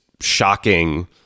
shocking